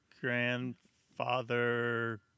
Grandfather